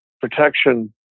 protection